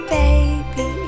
baby